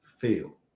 feel